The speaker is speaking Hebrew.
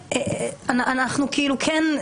ואנחנו כאילו כן,